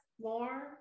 more